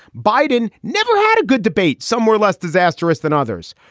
biden never had a good debate, somewhere less disasterous than others.